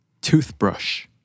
Toothbrush